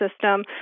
system